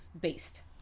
based